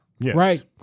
right